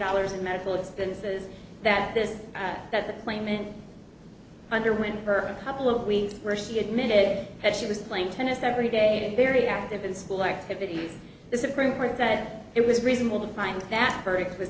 dollars in medical expenses that this that the claimant underwent for a couple of weeks where she admitted that she was playing tennis every day to be very active in school activities the supreme court that it was reasonable to find that verdict was